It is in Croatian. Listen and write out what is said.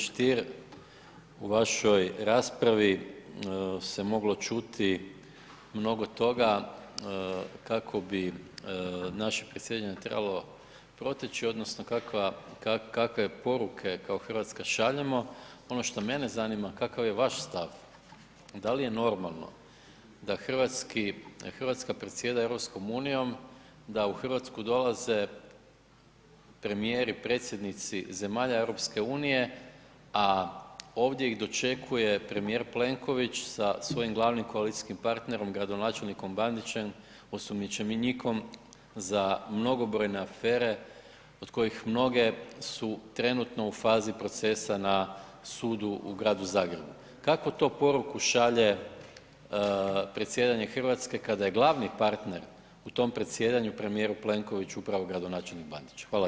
Hvala lijepo g. Stier, u vašoj raspravi se moglo čuti mnogo toga kako bi naše presjedanje trebalo proteći odnosno kakva, kakve poruke kao RH šaljemo, ono što mene zanima kakav je vaš stav, da li je normalno da hrvatski, RH predsjeda EU, da u RH dolaze premijeri i predsjednici zemalja EU, a ovdje ih dočekuje premijer Plenković sa svojim glavnim koalicijskim partnerom gradonačelnikom Bandićem osumnjičenikom za mnogobrojne afere od kojih mnoge su trenutno u fazi procesa na sudu u Gradu Zagrebu, kakvu to poruku šalje predsjedanje RH kada je glavni partner u tom predsjedanju premijeru Plenkoviću upravo gradonačelnik Bandić?